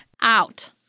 Out